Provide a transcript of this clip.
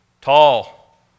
tall